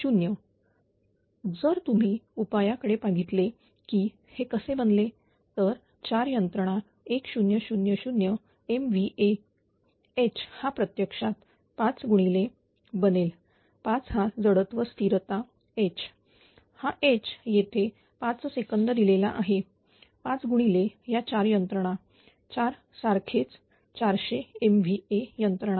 तर जर तुम्ही उपायकडे बघितले की हे कसे बनले तर 4 यंत्रणा 1600MVA H हा प्रत्यक्षात 5 गुणिले बनेल5 हा जडत्व स्थिरता H हा H येथे 5 सेकंद दिलेला आहे5 गुणिले या 4 यंत्रणा4 सारखेच 400 MVA यंत्रणा